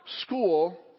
school